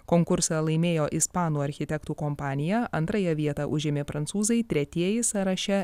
konkursą laimėjo ispanų architektų kompanija antrąją vietą užėmė prancūzai tretieji sąraše